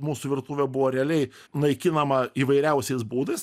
mūsų virtuvė buvo realiai naikinama įvairiausiais būdais